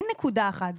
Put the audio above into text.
אין נקודה אחת,